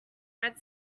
red